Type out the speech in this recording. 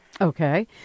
Okay